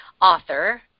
author